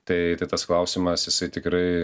tai tai tas klausimas jisai tikrai